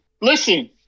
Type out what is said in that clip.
listen